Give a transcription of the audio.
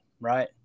right